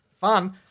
Fun